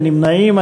אין נמנעים.